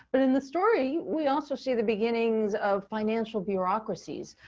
but in the story, we also see the beginnings of financial bureaucracies.